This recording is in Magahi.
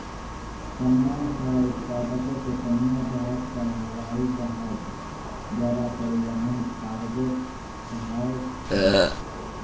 समान चाहे उत्पादों के पनीया जहाज चाहे हवाइ जहाज द्वारा परिवहन कार्गो कहाई छइ